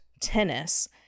tennis